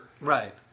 right